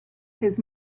his